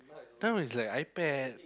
now is like iPad